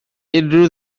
unrhyw